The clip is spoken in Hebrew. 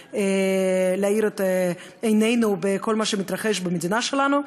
ולהאיר את עינינו בכל מה שמתרחש במדינה שלנו.